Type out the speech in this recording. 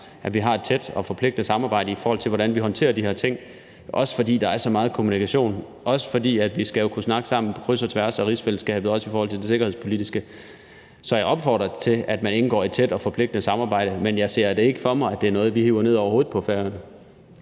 at vi har et tæt og forpligtende samarbejde om, hvordan vi håndterer de her ting. Det er også, fordi der er så meget kommunikation, og fordi vi jo skal kunne snakke sammen på kryds og tværs af rigsfællesskabet, også om det sikkerhedspolitiske. Så jeg opfordrer til, at man indgår i et tæt og forpligtende samarbejde, men jeg ser ikke for mig, at det er noget, vi trækker ned over hovedet på Færøerne.